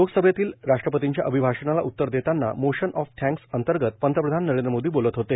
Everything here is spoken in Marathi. लोकसभेतील राष्ट्रपतींच्या अभिभाषणाला उत्तर देतांना मोशन ऑफ थँक्स अंतर्गत पंतप्रधान नरेंद्र मोदी बोलत होते